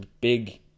big